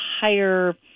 higher